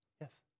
Yes